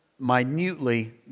minutely